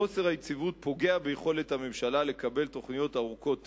חוסר היציבות פוגע ביכולת הממשלה לקבל תוכניות ארוכות טווח,